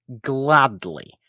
gladly